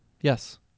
Yes